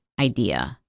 idea